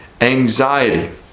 anxiety